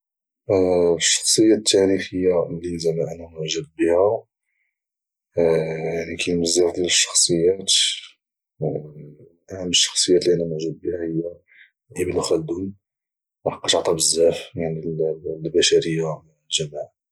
الشخصيه التاريخيه اللي انا معجب بها كاينين بزاف ديال الشخصيات ومن اهم الشخصيات اللي انا معجب بها هي ابن خلدون لحقاش عطا بزاف للبشريه جمعاء